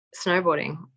snowboarding